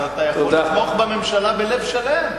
אז אתה יכול לתמוך בממשלה בלב שלם.